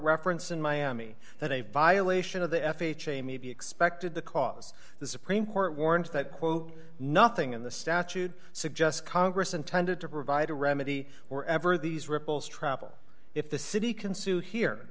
reference in miami that a violation of the f h a may be expected to cause the supreme court warns that quote nothing in the statute suggests congress intended to provide a remedy or ever these ripples travel if the city can sue here